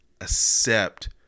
Accept